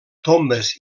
tombes